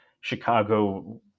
Chicago